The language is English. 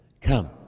Come